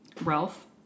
Ralph